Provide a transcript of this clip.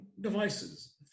devices